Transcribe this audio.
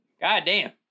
goddamn